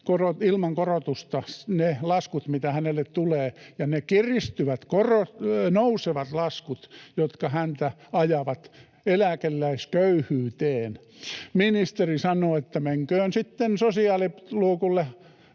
ilman korotusta ne laskut, mitä hänelle tulee, ja ne kiristyvät, nousevat laskut, jotka häntä ajavat eläkeläisköyhyyteen. Ministeri sanoo, että menköön sitten sosiaaliluukulle